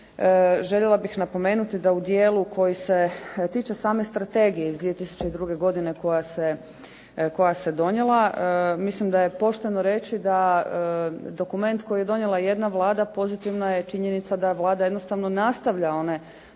željela bih napomenuti da u dijelu koji se tiče same Strategije iz 2002. godine koja se donijela, mislim da je pošteno reći da dokument koji je donijela jedna Vlada pozitivna je činjenica da Vlada jednostavno nastavlja one